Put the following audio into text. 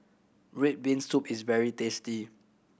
red bean soup is very tasty